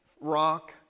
rock